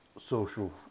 social